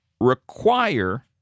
require